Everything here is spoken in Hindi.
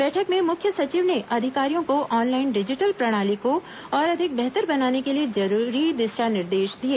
बैठक में मुख्य सचिव ने अधिकारियों को ऑनलाइन डिजिटल प्रणाली को और अधिक बेहतर बनाने के लिए जरूरी दिशा निर्देश दिए